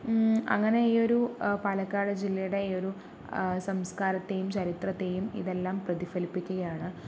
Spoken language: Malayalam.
അങ്ങനെ ഈ ഒരു പാലക്കാട് ജില്ലയുടെ ഈ ഒരു സംസ്കാരത്തെയും ചരിത്രത്തെയും ഇതെല്ലാം പ്രതിഫലിപ്പിക്കുകയാണ്